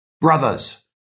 Brothers